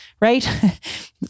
right